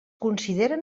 consideren